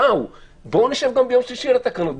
בואו נשב גם ביום שלישי על התקנות,